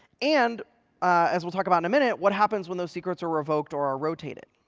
and as we'll talk about in a minute, what happens when those secrets are revoked or are rotated?